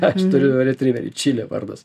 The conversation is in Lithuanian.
aš turiu retriverį čilė vardas